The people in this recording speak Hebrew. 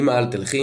אמא אל תלכי,